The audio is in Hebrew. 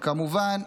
כמובן,